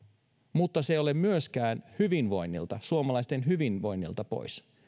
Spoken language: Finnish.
mutta se ei ole myöskään suomalaisten hyvinvoinnilta pois